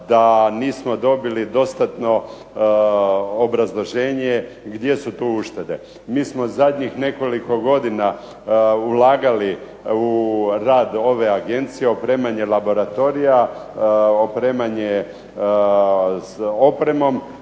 da nismo dobili dostatno obrazloženje gdje su tu uštede. Mi smo zadnjih nekoliko godina ulagali u rad ove agencije opremanje laboratorija, opremanje s opremom.